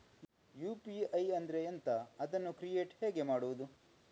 UPI ಅಂದ್ರೆ ಎಂಥ? ಅದನ್ನು ಕ್ರಿಯೇಟ್ ಹೇಗೆ ಮಾಡುವುದು?